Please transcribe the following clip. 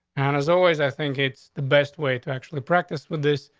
and as always, i think it's the best way to actually practice with this.